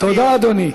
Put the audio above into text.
תודה, אדוני.